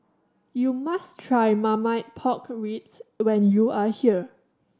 you must try Marmite Pork Ribs when you are here